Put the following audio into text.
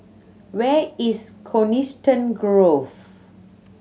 where is Coniston Grove